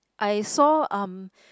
I saw um